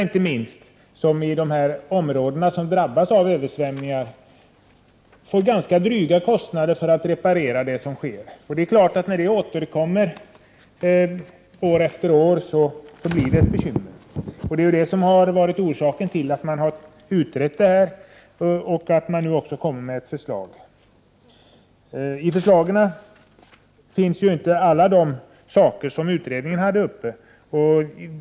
De kommuner som ligger i drabbade områden får ganska dryga kostnader för att reparera de skador som översvämningarna leder till. När dessa översvämningar återkommer år efter år blir de ett stort bekymmer. Det är anledningen till att denna fråga har utretts och att förslag nu har lagts fram. Förslag har inte lagts fram i fråga om allt som utredningen hade uppe till diskussion.